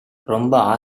ரொம்ப